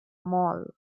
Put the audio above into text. mall